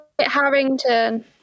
Harrington